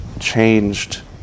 changed